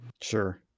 Sure